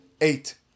eight